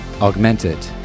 Augmented